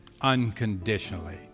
Unconditionally